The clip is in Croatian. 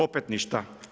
Opet ništa.